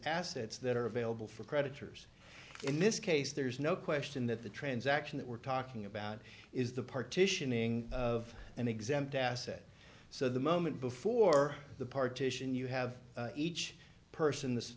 assets that are available for creditors in this case there's no question that the transaction that we're talking about is the partitioning of an exempt asset so the moment before the partition you have each person